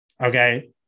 Okay